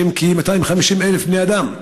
שהם כ-250,000 בני אדם,